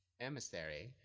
emissary